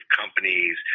companies